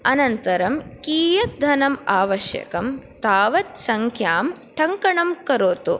अनन्तरं कियत् धनम् आवश्यकं तावत् सङ्ख्यां टङ्कणं करोतु